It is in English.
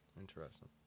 Interesting